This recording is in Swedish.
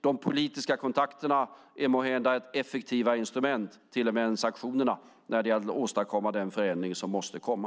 De politiska kontakterna är måhända till och med ett effektivare instrument än sanktionerna när det gäller att åstadkomma den förändring som måste komma.